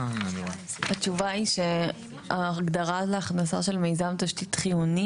התשובה היא שההגדרה להכנסה של מיזם תשתית חיוני